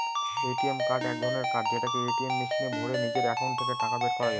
ATM card এক ধরনের card যেটাকে এটিএম মেশিনে ভোরে নিজের একাউন্ট থেকে টাকা বের করা যায়